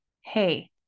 hey